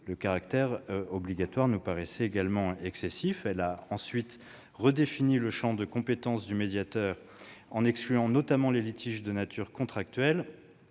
le caractère obligatoire nous paraissait également excessif. Elle a ensuite redéfini le champ de compétences du médiateur, en excluant notamment les litiges de nature contractuelle,